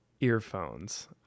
earphones